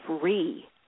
free